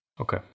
Okay